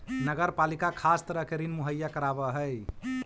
नगर पालिका खास तरह के ऋण मुहैया करावऽ हई